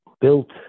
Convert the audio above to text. built